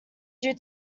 due